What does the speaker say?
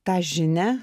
tą žinia